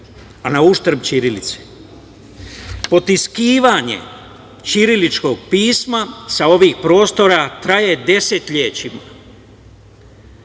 a na uštrb ćirilici. Potiskivanje ćiriličkog pisma sa ovih prostora traje 10 leta.